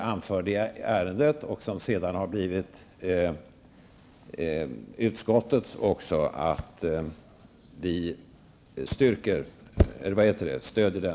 Jag yrkar alltså bifall till utskottets hemställan.